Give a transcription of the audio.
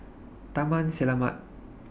Taman Selamat